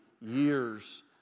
years